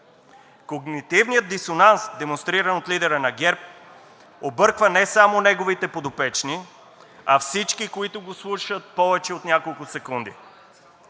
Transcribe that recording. Когнитивният дисонанс, демонстриран от лидера на ГЕРБ, обърква не само неговите подопечни, а всички, които го слушат повече от няколко секунди.